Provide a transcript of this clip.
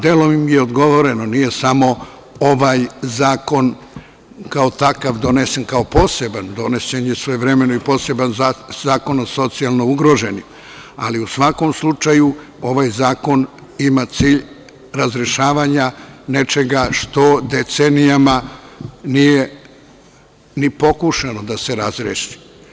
Delom im je i odgovoreno – nije samo ovaj zakon kao takav donesen kao poseban, donesen je svojevremeno i poseban zakon o socijalno ugroženim, ali, u svakom slučaju, ovaj zakon ima cilj razrešavanja nečega što decenijama nije ni pokušano da se razreši.